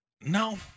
No